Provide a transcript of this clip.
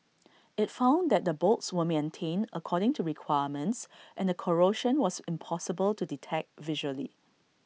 IT found that the bolts were maintained according to requirements and the corrosion was impossible to detect visually